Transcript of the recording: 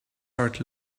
heart